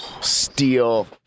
Steel